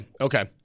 okay